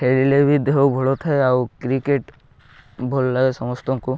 ଖେଳିଲେ ବି ଦେହ ଗୋଡ଼ ଥାଏ ଆଉ କ୍ରିକେଟ୍ ଭଲ ଲାଗେ ସମସ୍ତଙ୍କୁ